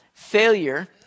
Failure